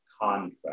contract